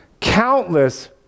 countless